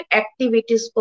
activities